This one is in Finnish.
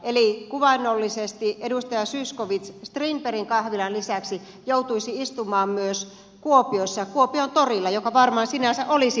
eli kuvainnollisesti edustaja zyskowicz joutuisi strindbergin kahvilan lisäksi istumaan myös kuopiossa kuopion torilla mikä varmaan sinänsä olisi miellyttävää